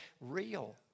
real